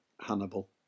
Hannibal